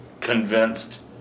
convinced